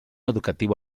educativo